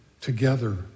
together